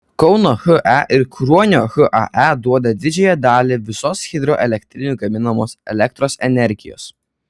kauno he ir kruonio hae duoda didžiąją dalį visos hidroelektrinių gaminamos elektros energijos